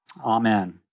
Amen